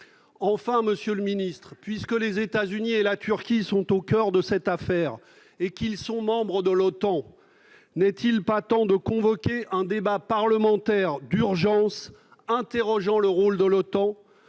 prisonniers ? Enfin, puisque les États-Unis et la Turquie sont au coeur de cette affaire et qu'ils sont membres de l'OTAN, n'est-il pas temps de convoquer un débat parlementaire d'urgence interrogeant le rôle de l'OTAN,